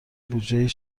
بودجهای